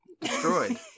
destroyed